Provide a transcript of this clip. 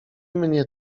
mnie